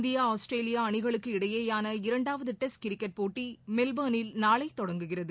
India Australia அணிகளுக்கு இடையேயான இரண்டாவது டெஸ்ட் கிரிக்கெட் போட்டி மெல்பா்னில் நாளை தொடங்குகிறது